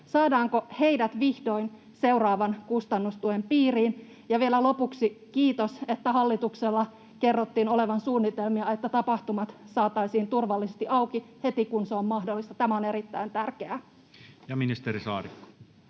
Saadaanko heidät vihdoin seuraavan kustannustuen piiriin? Ja vielä lopuksi kiitos, että hallituksella kerrottiin olevan suunnitelmia, että tapahtumat saataisiin turvallisesti auki heti, kun se on mahdollista. Tämä on erittäin tärkeää. [Speech 80] Speaker: